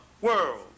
world